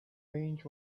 bench